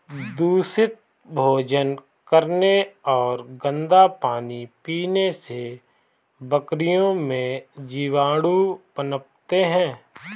दूषित भोजन करने और गंदा पानी पीने से बकरियों में जीवाणु पनपते हैं